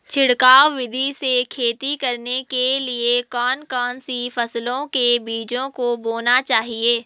छिड़काव विधि से खेती करने के लिए कौन कौन सी फसलों के बीजों को बोना चाहिए?